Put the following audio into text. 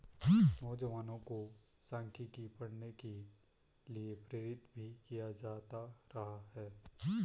नौजवानों को सांख्यिकी पढ़ने के लिये प्रेरित भी किया जाता रहा है